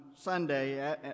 Sunday